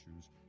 issues